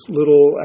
little